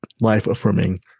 life-affirming